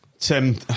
Tim